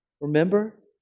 Remember